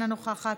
אינה נוכחת,